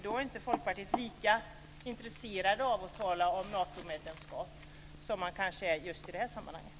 Då är Folkpartiet inte lika intresserat av att tala om Natomedlemskap som man kanske är i just det här sammanhanget.